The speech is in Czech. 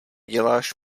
děláš